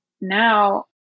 now